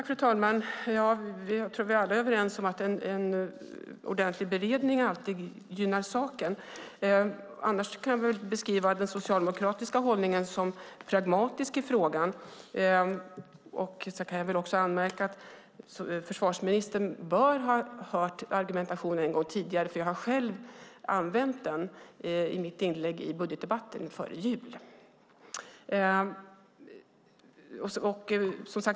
Fru talman! Jag tror att vi alla är överens om att en ordentlig beredning alltid gynnar saken. Annars kan vi väl beskriva den socialdemokratiska hållningen som pragmatisk i frågan. Jag kan också anmärka att försvarsministern bör ha hört argumentationen en gång tidigare eftersom jag själv har använt den i mitt inlägg i budgetdebatten före jul.